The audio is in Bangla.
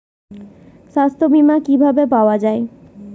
সাস্থ্য বিমা কি ভাবে পাওয়া যায়?